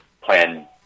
Plan